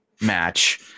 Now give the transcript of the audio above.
match